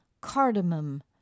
cardamom